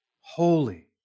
holy